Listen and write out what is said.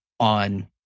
on